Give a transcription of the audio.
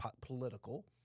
political